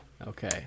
Okay